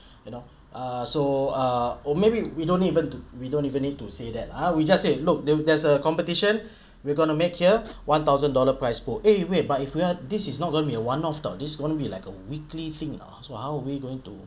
you know err so err or maybe we don't even we don't even need to say that ah we just say look there there's a competition we're gonna make here one thousand dollar price pool eh wait but if we are this is not gonna be a one off [tau] this is gonna be like a weekly thing so how are we going to